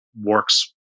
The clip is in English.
works